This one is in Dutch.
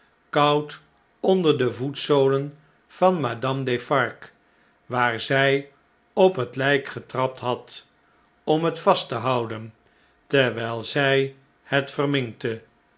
koud onder de voetzolen van madame defarge waar zij op het ljjk getrapt had om het vast te houden terwjjl zjj het verminkte